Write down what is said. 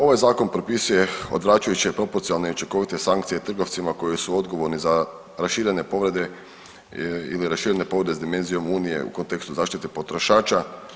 Ovaj zakon propisuje odvračajuće i proporcionalne i učinkovite sankcije trgovcima koji su odgovorni za raširene povrede ili raširene povrede s dimenzijom unije u kontekstu zaštite potrošača.